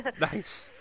Nice